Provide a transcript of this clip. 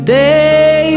day